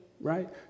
right